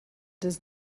does